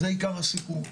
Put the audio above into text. זה עיקר הסיפור.